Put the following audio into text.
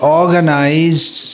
organized